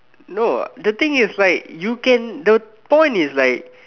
no the thing is like you can the point is like